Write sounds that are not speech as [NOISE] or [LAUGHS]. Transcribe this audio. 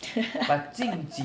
[LAUGHS]